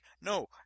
no